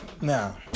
now